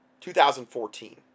2014